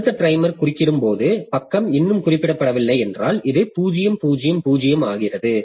அடுத்த டைமர் குறுக்கீடு வரும்போது பக்கம் இன்னும் குறிப்பிடப்படவில்லை என்றால் இது 0 0 0 ஆகிறது